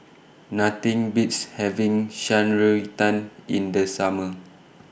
Nothing Beats having Shan Rui Tang in The Summer